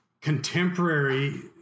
contemporary